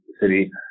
city